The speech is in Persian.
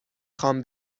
خوام